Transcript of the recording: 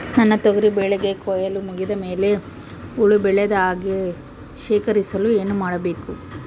ನನ್ನ ತೊಗರಿ ಬೆಳೆಗೆ ಕೊಯ್ಲು ಮುಗಿದ ಮೇಲೆ ಹುಳು ಬೇಳದ ಹಾಗೆ ಶೇಖರಿಸಲು ಏನು ಮಾಡಬೇಕು?